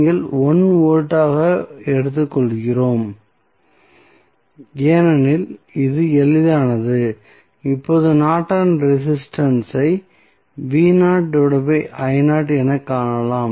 நாங்கள் 1 வோல்ட்டாக எடுத்துக்கொள்கிறோம் ஏனெனில் இது எளிதானது இப்போது நார்டனின் ரெசிஸ்டன்ஸ் ஐ எனக் காணலாம்